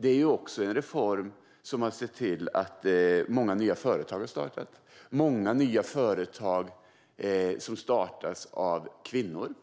RUT-reformen har inneburit att många nya företag har startat, och många av de företagen har startats av kvinnor.